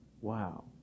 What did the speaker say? wow